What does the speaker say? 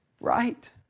Right